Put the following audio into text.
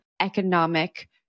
economic